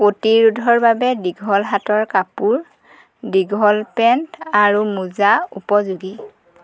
প্ৰতিৰোধৰ বাবে দীঘল হাতৰ কাপোৰ দীঘল পেণ্ট আৰু মোজা উপযোগী